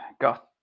got